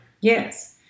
Yes